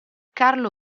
carlo